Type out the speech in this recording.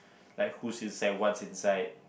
like who's inside what's inside